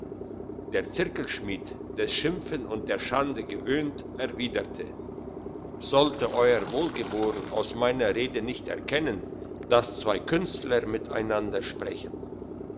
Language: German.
der zirkelschmied des schimpfes und der schande gewöhnt erwidert sollte euer wohlgeboren aus meiner rede nicht erkennen dass zwei künstler miteinander sprechen